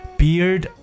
beard